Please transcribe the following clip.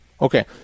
Okay